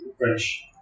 French